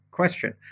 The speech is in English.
question